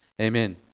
Amen